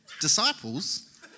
disciples